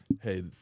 hey